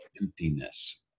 emptiness